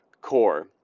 core